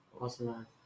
awesome